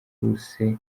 buruse